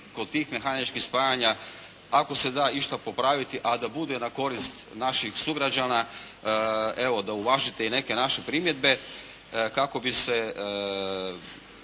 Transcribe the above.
kod tih mehaničkih spajanja ako se da išta popraviti, a da bude na korist naših sugrađana, evo da uvažite i neke naše primjedbe kako bi se